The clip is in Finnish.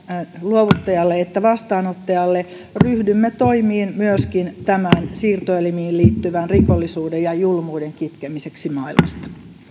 luovuttajalle että vastaanottajalle ryhdymme toimiin myöskin siirtoelimiin liittyvän rikollisuuden ja julmuuden kitkemiseksi maailmasta